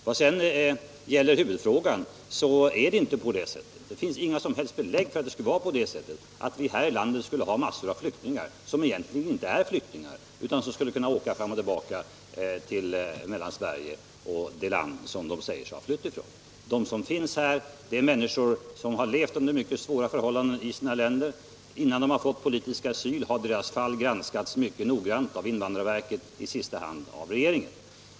Vad sedan gäller huvudfrågan finns det inga som helst belägg för att vi här i landet skulle ha massor av flyktingar som egentligen inte är flyktingar utan som skulle kunna åka fram och tillbaka mellan Sverige och det land de har flytt ifrån. De flyktingar som finns här är människor som levt under mycket 19 svåra förhållanden i sina länder. Innan de har fått politisk asyl har deras fall granskats mycket noggrant av invandrarverket och ibland även av regeringen.